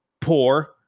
poor